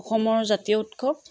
অসমৰ জাতীয় উৎসৱ